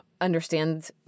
understand